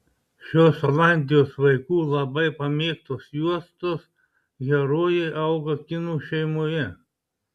šios olandijos vaikų labai pamėgtos juostos herojė auga kinų šeimoje